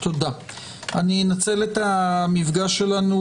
אנצל את המפגש שלנו